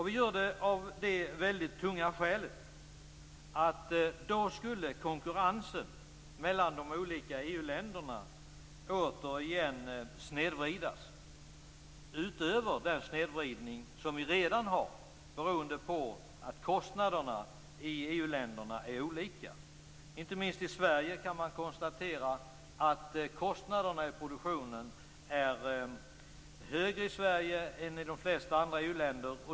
Vi gör det av det tunga skälet att konkurrensen mellan EU-länderna då återigen skulle snedvridas, utöver den snedvridning som vi redan har beroende på att kostnaderna i EU-länderna är olika. Detta gäller inte minst i Sverige där man kan konstatera att kostnaderna i produktionen är högre än i de flesta andra EU-länder.